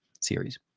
series